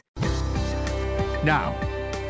Now